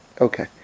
Okay